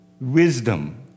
wisdom